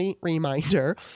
reminder